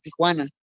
Tijuana